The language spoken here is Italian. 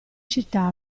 città